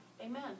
Amen